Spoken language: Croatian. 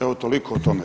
Evo toliko o tome.